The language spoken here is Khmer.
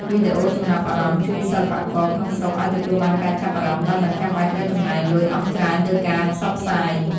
វីដេអូចំណាប់អារម្មណ៍ជួយសិល្បករក្នុងស្រុកឱ្យទទួលបានការចាប់អារម្មណ៍ដោយមិនចាំបាច់ត្រូវចំណាយលុយអស់ច្រើនលើការផ្សព្វផ្សាយ។